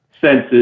senses